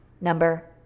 number